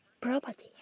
property